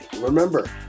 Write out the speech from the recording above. Remember